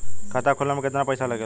खाता खोले में कितना पईसा लगेला?